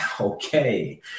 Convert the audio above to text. okay